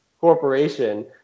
corporation